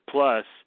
Plus